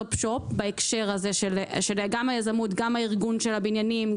shop בהקשר הזה של היזמות ושל הארגון של הבניינים,